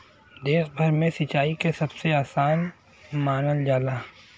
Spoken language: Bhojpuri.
देश भर में सिंचाई के सबसे आसान मानल जाला